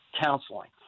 counseling